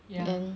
ya